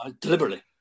deliberately